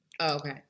Okay